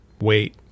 wait